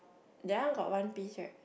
that one got one piece right